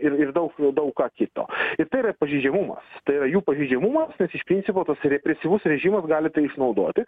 ir daug daug ką kito ir tai yra pažeidžiamumas tai yra jų pažeidžiamumas iš principo tas represyvus režimas gali tai išnaudoti